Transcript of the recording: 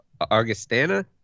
Argostana